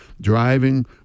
driving